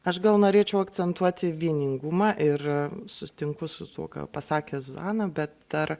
aš gal norėčiau akcentuoti vieningumą ir sutinku su tuo ką pasakė zuzana bet dar